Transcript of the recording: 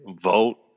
vote